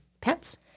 pets